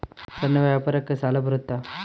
ಸಣ್ಣ ವ್ಯಾಪಾರಕ್ಕ ಸಾಲ ಬರುತ್ತಾ?